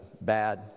bad